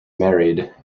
married